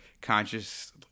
conscious